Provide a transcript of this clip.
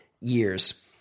years